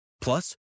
Plus